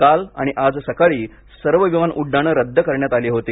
काल आणि आज सकाळी सर्व विमान उड्डाणे रद्द करण्यात आली होती